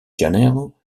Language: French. janeiro